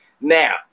Now